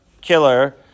killer